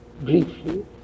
briefly